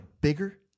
bigger